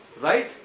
right